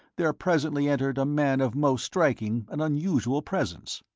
there presently entered a man of most striking and unusual presence.